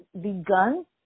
begun